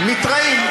מתראים?